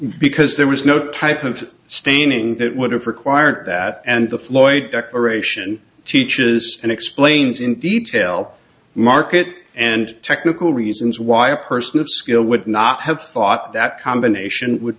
because there was no type of staining that would have required that and the floyd declaration teaches and explains in detail market and technical reasons why a person of skill would not have thought that combination would